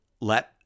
let